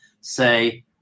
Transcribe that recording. say